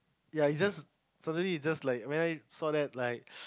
ya you just suddenly you just like when I saw that like